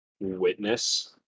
Witness